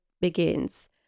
begins